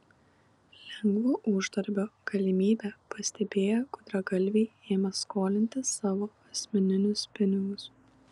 lengvo uždarbio galimybę pastebėję gudragalviai ėmė skolinti savo asmeninius pinigus